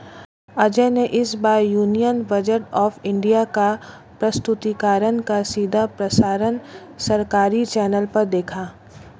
अजय ने इस बार यूनियन बजट ऑफ़ इंडिया का प्रस्तुतिकरण का सीधा प्रसारण सरकारी चैनल पर देखा